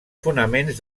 fonaments